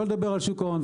שלא לדבר על שוק ההון.